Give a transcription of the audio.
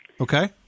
Okay